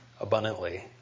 abundantly